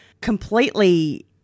completely